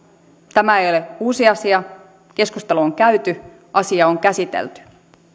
tämä ei ole uusi asia keskustelu on käyty asia on käsitelty